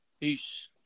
Peace